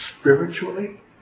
spiritually